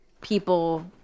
people